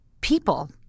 people